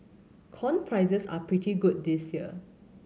corn prices are pretty good this year